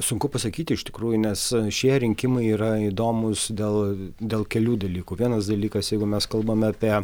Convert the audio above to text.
sunku pasakyti iš tikrųjų nes šie rinkimai yra įdomūs dėl dėl kelių dalykų vienas dalykas jeigu mes kalbame apie